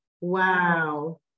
wow